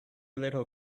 little